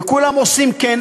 וכולם עושים "כן",